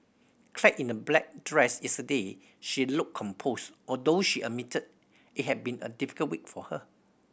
clad in a black dress yesterday she looked composed although she admitted it had been a difficult week for her